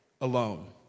alone